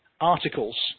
articles